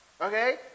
Okay